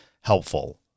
helpful